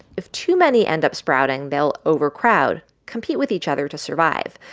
if too many end up sprouting, they'll overcrowd, compete with each other to survive.